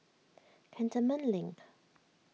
Cantonment Link